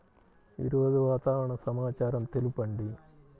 ఈరోజు వాతావరణ సమాచారం తెలుపండి